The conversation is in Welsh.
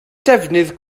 defnydd